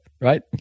right